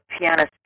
pianist